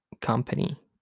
company